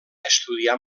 estudiar